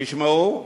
תשמעו,